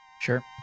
sure